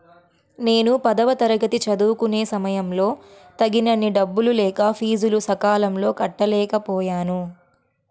నేను పదవ తరగతి చదువుకునే సమయంలో తగినన్ని డబ్బులు లేక ఫీజులు సకాలంలో కట్టలేకపోయాను